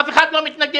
אף אחד לא מתנגד.